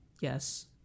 Yes